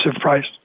price